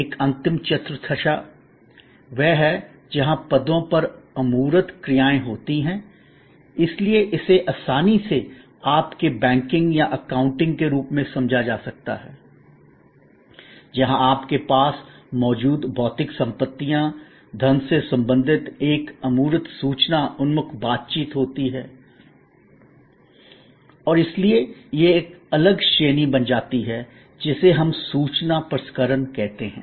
एक अंतिम चतुर्थांश वह है जहां पदों पर अमूर्त क्रियाएँ होती हैं इसलिए इसे आसानी से आपके बैंकिंग या अकाउंटिंग के रूप में समझा जा सकता है जहां आप के पास मौजूद भौतिक संपत्तिया धन से संबंधित एक अमूर्त सूचना उन्मुख बातचीत होती है और इसलिए यह एक अलग श्रेणी बन जाती है जिसे हम सूचना प्रसंस्करण कहते हैं